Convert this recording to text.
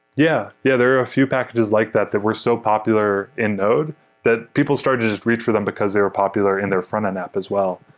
yeah. yeah, there are a few packages like that that were so popular in node that people started to just reach for them because they are popular in their frontend app as well.